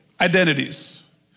identities